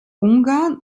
ungarn